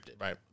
right